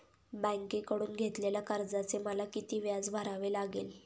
बँकेकडून घेतलेल्या कर्जाचे मला किती व्याज भरावे लागेल?